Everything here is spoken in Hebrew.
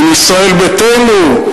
עם ישראל ביתנו,